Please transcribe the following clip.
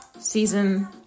season